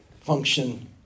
function